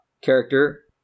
character